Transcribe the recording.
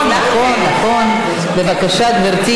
בכל אלה שדחפו